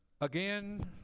again